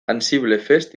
ansiblefest